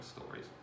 stories